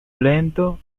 lento